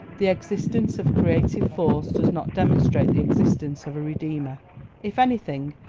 the existence of creative force does not demonstrate the existence of a redeemer if anything,